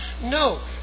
no